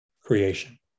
creation